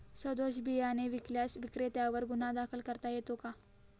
सदोष बियाणे विकल्यास विक्रेत्यांवर गुन्हा दाखल करता येतो का?